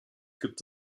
gibt